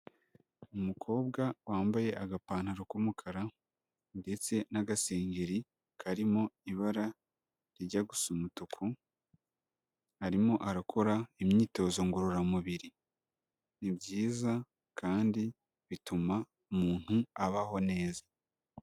Umukobwa wambaye agapantaro k'umukara ndetse n'agasengeri karimo ibara rijya gusa umutuku, arimo arakora imyitozo ngororamubiri, ni byiza kandi bituma umuntu abaho neza.